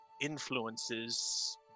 influences